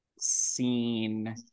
seen